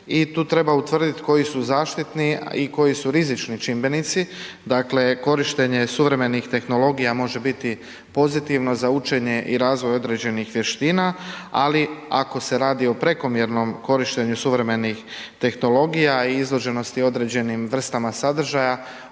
i tu treba utvrditi koji su zaštitni i koji su rizični čimbenici, dakle, korištenje suvremenih tehnologija, može biti pozitivno za učenje i razvoj određenih vještina, ali ako se radi o prekomjernu korištenju suvremenih tehnologija i izloženosti određenih vrstama sadržaja,